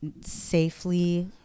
safely